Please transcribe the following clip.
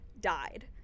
died